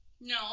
No